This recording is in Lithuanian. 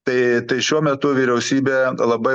tai tai šiuo metu vyriausybė labai